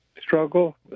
struggle